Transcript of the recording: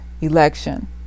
election